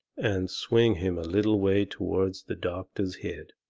and swing him a little way toward the doctor's head,